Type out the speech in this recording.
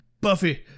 Buffy